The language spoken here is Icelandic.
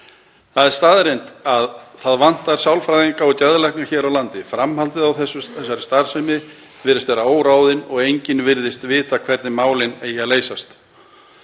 Það er staðreynd að það vantar sálfræðinga og geðlækna hér á landi. Framhaldið á þessari starfsemi virðist vera óráðið og enginn virðist vita hvernig málin eigi að leysast.